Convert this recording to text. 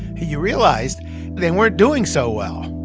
you realized they weren't doing so well.